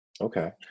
Okay